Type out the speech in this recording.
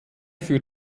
für